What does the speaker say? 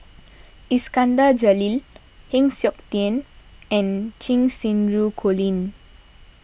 Iskandar Jalil Heng Siok Tian and Cheng Xinru Colin